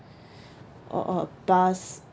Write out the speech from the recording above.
or or a bus